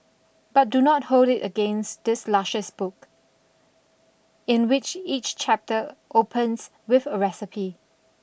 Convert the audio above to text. but do not hold it against this luscious book in which each chapter opens with a recipe